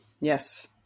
Yes